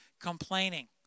complaining